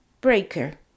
Breaker